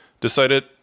decided